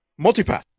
Multipath